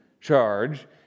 charge